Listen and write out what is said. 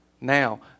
Now